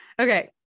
okay